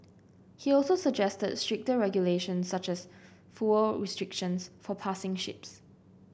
he also suggested stricter regulations such as fuel restrictions for passing ships